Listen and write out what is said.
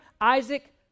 Isaac